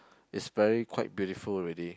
is very quite beautiful already